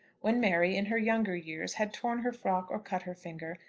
when mary, in her younger years, had torn her frock or cut her finger,